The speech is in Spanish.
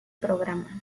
programa